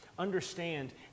understand